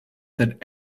that